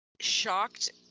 shocked